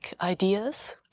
ideas